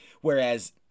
whereas